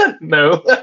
No